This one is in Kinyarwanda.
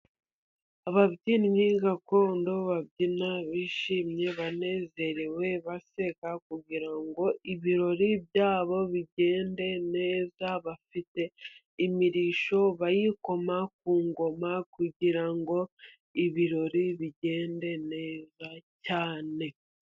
Ababyinnyi gakondo babyina bishimye, banezerewe, baseka, kugirango ibirori byabo bigende neza, bafite imirish bayikoma ku ngoma, kugira ngo ibirori bigende neza cyane.